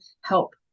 help